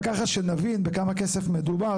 רק ככה שנבין בכמה כסף מדובר.